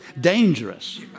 Dangerous